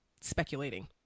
speculating